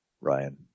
Ryan